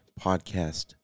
podcast